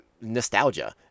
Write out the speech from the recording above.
nostalgia